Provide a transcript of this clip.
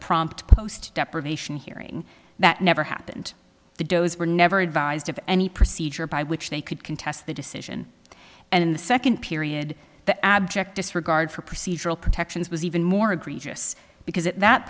prompt post depravation hearing that never happened the doe's were never advised of any procedure by which they could contest the decision and in the second period the abject disregard for procedural protections was even more egregious because at that